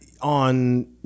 on